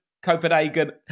Copenhagen